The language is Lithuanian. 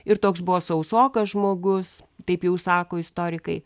ir toks buvo sausokas žmogus taip jau sako istorikai